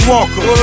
Walker